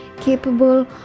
capable